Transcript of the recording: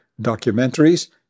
documentaries